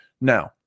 Now